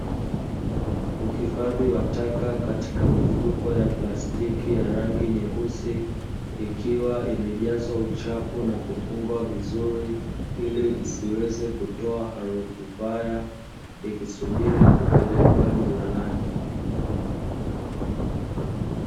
Uhifadhi wa taka katika mifuko ya plastiki ya rangi nyeusi, ikiwa imejazwa uchafu na kufungwa vizuri ili isiweze kutoa harufu mbaya, ikisubiri kupelekwa jalalani.